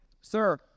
sir